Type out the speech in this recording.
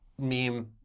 meme